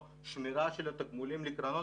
שמירה של התגמולים לקרנות,